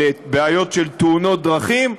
על בעיות של תאונות דרכים,